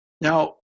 Now